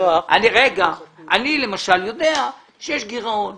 אני למשל יודע שיש גירעון,